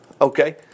okay